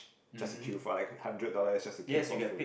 just to queue for like a hundred dollar is just to queue for a phone